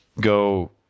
go